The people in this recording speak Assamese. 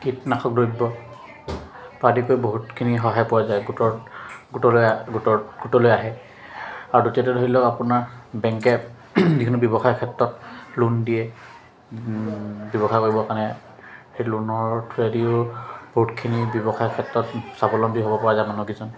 কীটনাশক দ্ৰব্য পৰা আদি কৰি বহুতখিনি সহায় পোৱা যায় গোটৰ গোটলৈ গোটৰ গোটলৈ আহে আৰু দ্বিতীয়তে ধৰি লওক আপোনাৰ বেংকে যি কোনো ব্যৱসায়ৰ ক্ষেত্ৰত লোন দিয়ে ব্যৱসায় কৰিবৰ কাৰণে সেই লোনৰ থ্ৰোৱেদিও বহুতখিনি ব্যৱসায় ক্ষেত্ৰত স্বাৱলম্বী হ'ব পৰা যায় মানুহকেইজন